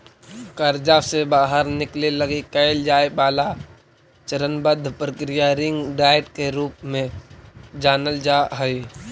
कर्जा से बाहर निकले लगी कैल जाए वाला चरणबद्ध प्रक्रिया रिंग डाइट के रूप में जानल जा हई